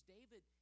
David